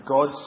God